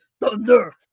Thunder